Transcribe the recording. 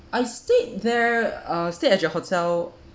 I stayed there uh stayed at your hotel